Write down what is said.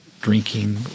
drinking